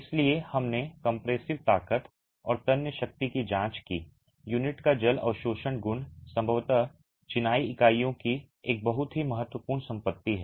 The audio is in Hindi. इसलिए हमने कम्प्रेसिव ताकत और तन्य शक्ति की जांच की यूनिट का जल अवशोषण गुण संभवतः चिनाई इकाइयों की एक बहुत ही महत्वपूर्ण संपत्ति है